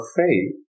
faith